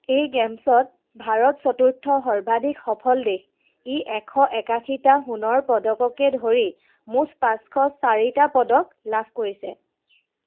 এই গে'মছত ভাৰত চতুৰ্থ সৰ্বাধিক সফল দেশ ই এশ একাশীটা সোণৰ পদককে ধৰি মুঠ পাঁচশ চাৰিটা পদক লাভ কৰিছে